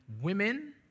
women